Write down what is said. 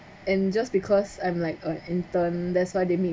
and just because I'm like a intern that's why they make